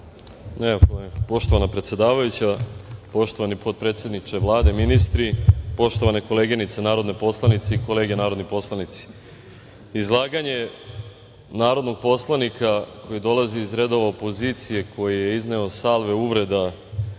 problema. Poštovana predsedavajuća, poštovani potpredsedniče Vlade, ministri, poštovane koleginice narodni poslanici i kolege narodni poslanici, izlaganje narodnog poslanika koji dolazi iz redova opozicije koji je izneo salve uvreda